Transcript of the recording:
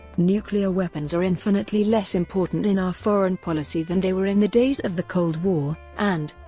nuclear weapons are infinitely less important in our foreign policy than they were in the days of the cold war, and,